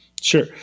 Sure